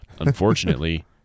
Unfortunately